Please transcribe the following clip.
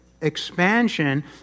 expansion